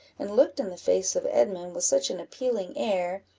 and looked in the face of edmund with such an appealing air,